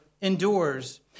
endures